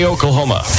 Oklahoma